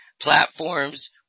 platforms